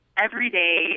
everyday